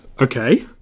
Okay